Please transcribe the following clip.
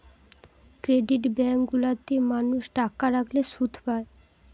credit bank গুলা তে মানুষ টাকা রাখলে শুধ পায়